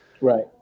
right